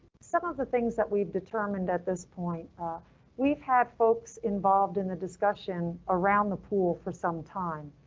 some of the things that we've determined at this point um we've had folks involved in the discussion around the pool for some time.